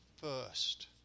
first